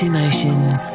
Emotions